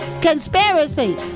Conspiracy